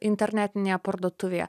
internetinėje parduotuvėje